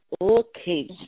Okay